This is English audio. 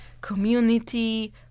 community